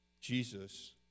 Jesus